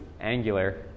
angular